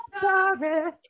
sorry